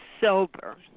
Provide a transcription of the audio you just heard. sober